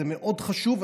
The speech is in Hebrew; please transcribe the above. זה מאוד חשוב,